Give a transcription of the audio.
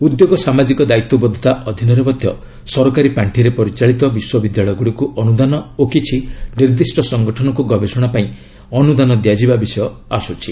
ଉଦ୍ୟୋଗ ସାମାଜିକ ଦାୟିତ୍ୱବୋଧତା ଅଧୀନରେ ମଧ୍ୟ ସରକାରୀ ପାଷ୍ଠିରେ ପରିଚାଳିତ ବିଶ୍ୱବିଦ୍ୟାଳୟ ଗୁଡ଼ିକୁ ଅନୁଦାନ ଓ କିଛି ନିର୍ଦ୍ଦିଷ୍ଟ ସଂଗଠନକୁ ଗବେଷଣା ପାଇଁ ଅନୁଦାନ ଦିଆଯିବା ବିଷୟ ଆସୁଛି